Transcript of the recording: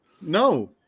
no